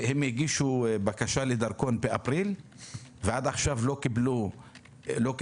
באפריל הם הגישו בקשה לדרכון ועד עכשיו לא קיבל את הדרכון.